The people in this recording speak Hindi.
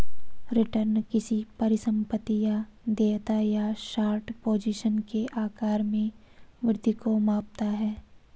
रिटर्न किसी परिसंपत्ति या देयता या शॉर्ट पोजीशन के आकार में वृद्धि को मापता है